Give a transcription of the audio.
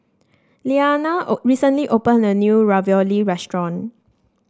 Liliana recently opened a new Ravioli restaurant